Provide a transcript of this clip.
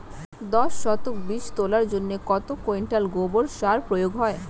দশ শতক বীজ তলার জন্য কত কুইন্টাল গোবর সার প্রয়োগ হয়?